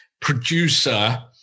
producer